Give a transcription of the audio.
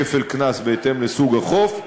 כפל קנס בהתאם לסוג החוף.